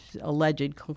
alleged